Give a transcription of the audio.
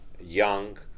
young